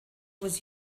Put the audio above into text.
was